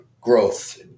growth